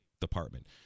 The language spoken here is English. department